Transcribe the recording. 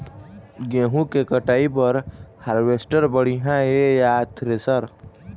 गेहूं के कटाई बर हारवेस्टर बढ़िया ये या थ्रेसर?